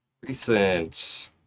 Recent